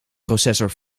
processor